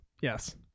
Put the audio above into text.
yes